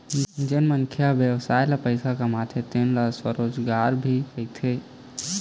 जेन मनखे ह बेवसाय ले पइसा कमाथे तेन ल स्वरोजगार भी कहिथें